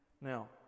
Now